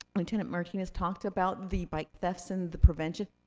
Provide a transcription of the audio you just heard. lieutenant martinez talked about the bike thefts and the prevention,